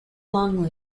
long